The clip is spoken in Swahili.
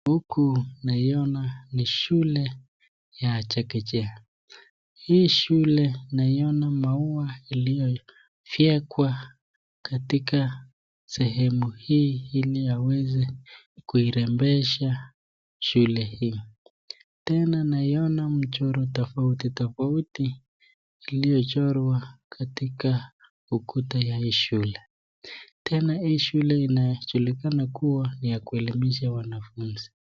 Huku naiona ni shule ya chekechea. Hii shule naiona maua iliyofyekwa katika sehemu hii ili yaweze kuirembesha shule hii. Tena naiona mchoro tofauti tofauti iliyochorwa katika ukuta ya hii shule. Tena hii shule inajulikana kuwa ni ya kuelimisha wanafunzi.